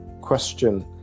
question